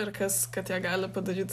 ir kas kad ją gali padaryt